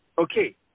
Okay